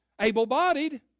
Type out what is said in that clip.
able-bodied